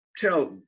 Tell